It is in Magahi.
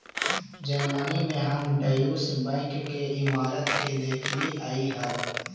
जर्मनी में हम ड्यूश बैंक के इमारत के देखलीअई हल